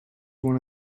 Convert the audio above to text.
one